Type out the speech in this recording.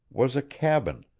was a cabin,